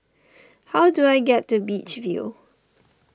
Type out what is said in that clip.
how do I get to Beach View